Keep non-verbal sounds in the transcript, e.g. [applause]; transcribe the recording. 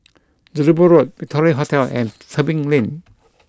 Jelebu Road Victoria Hotel [noise] and Tebing [noise] Lane